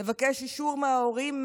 לבקש אישור מההורים.